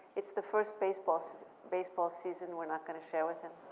it's the first baseball baseball season we're not gonna share with him.